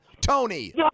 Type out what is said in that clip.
Tony